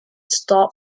stop